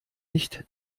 nicht